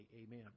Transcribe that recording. amen